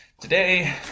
Today